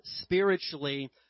spiritually